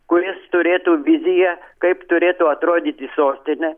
kuris turėtų viziją kaip turėtų atrodyti sostinė